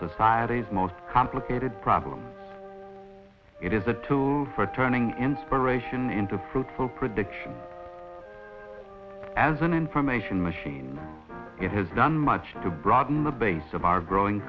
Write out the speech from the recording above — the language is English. the most complicated problem it is a tool for turning inspiration into fruitful production as an information machine done much to broaden the base of our growing